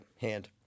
hand